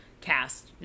cast